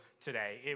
today